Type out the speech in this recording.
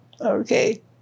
Okay